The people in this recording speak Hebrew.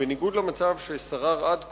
שבניגוד למצב ששרר עד כה,